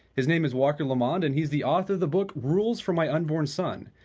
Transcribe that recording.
his name is walker lamond and he is the author of the book, rules for my unborn son.